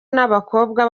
n’abakobwa